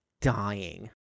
dying